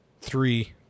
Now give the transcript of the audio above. three